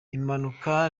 impanuka